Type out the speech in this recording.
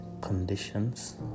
conditions